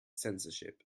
censorship